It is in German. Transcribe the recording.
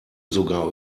sogar